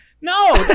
No